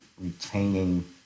retaining